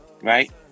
right